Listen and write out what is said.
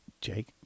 Jake